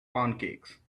pancakes